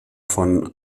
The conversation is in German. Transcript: von